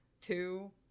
two